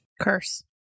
curse